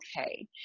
okay